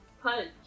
Punch